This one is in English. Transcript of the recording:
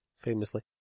famously